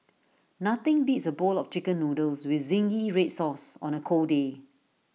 nothing beats A bowl of Chicken Noodles with Zingy Red Sauce on A cold day